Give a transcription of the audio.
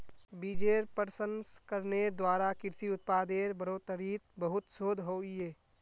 बिजेर प्रसंस्करनेर द्वारा कृषि उत्पादेर बढ़ोतरीत बहुत शोध होइए